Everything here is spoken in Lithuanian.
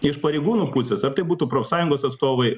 iš pareigūnų pusės ar tai būtų profsąjungos atstovai